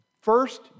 first